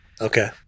okay